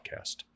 podcast